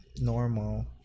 normal